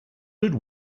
good